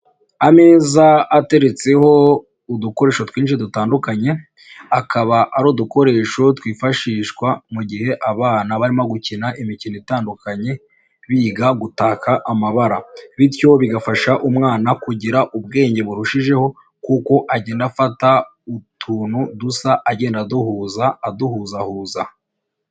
Ameza ateretseho udukoresho twinshi dutandukanye. Akaba ari udukoresho twifashishwa mu gihe abana barimo gukina imikino itandukanye. Biga gutaka amabara bityo bigafasha umwana kugira ubwenge burushijeho kuko agenda afata utuntu dusa agenda aduhuza aduhuzahuza.